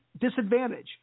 disadvantage